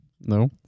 No